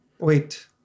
wait